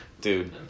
Dude